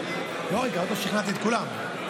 רגע, עוד לא שכנעתי את כולם.